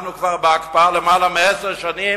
אנחנו כבר בהקפאה יותר מעשר שנים.